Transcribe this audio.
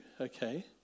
okay